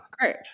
Great